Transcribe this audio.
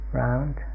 round